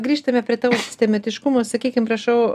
grįžtame prie tavo sistemetiškumo sakykim prašau